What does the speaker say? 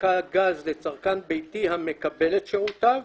אספקת גז לצרכן ביתי המקבל את שירותיו,